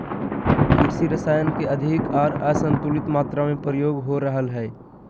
कृषि रसायन के अधिक आर असंतुलित मात्रा में प्रयोग हो रहल हइ